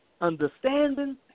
understanding